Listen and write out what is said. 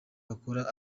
bakora